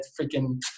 freaking